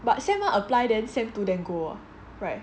but semester one apply then semester two then go ah [right]